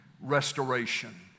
restoration